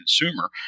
consumer